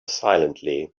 silently